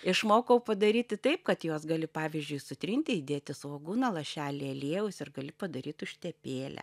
išmokau padaryti taip kad juos gali pavyzdžiui sutrinti įdėti svogūno lašelį aliejaus ir gali padaryt užtepėlę